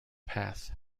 path